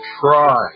try